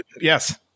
Yes